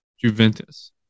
Juventus